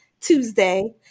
Tuesday